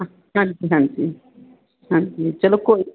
ਹਾਂਜੀ ਹਾਂਜੀ ਹਾਂਜੀ ਚਲੋ ਕੋਈ